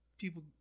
People